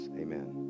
Amen